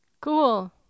Cool